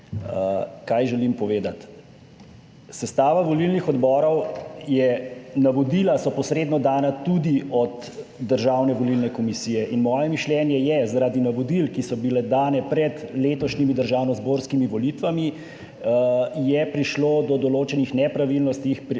Kaj želim povedati? Sestava volilnih odborov je, navodila so posredno dana tudi od Državne volilne komisije. In moje mišljenje je, zaradi navodil, ki so bile dane pred letošnjimi državnozborskimi volitvami, je prišlo do določenih nepravilnosti pri